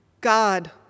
God